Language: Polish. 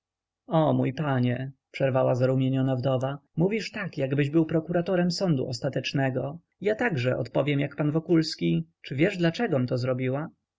o mój panie przerwała zarumieniona wdowa mówisz tak jakbyś był prokuratorem sądu ostatecznego ja także odpowiem jak pan wokulski czy wiesz dlaczegom to zrobiła